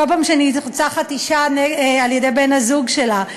כל פעם שנרצחת אישה על-ידי בן-הזוג שלה.